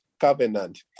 covenant